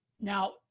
Now